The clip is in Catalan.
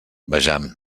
vejam